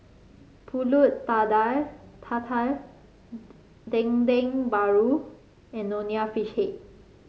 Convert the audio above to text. pulut tatal Dendeng Paru and Nonya Fish Head